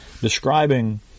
describing